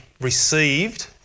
received